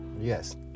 Yes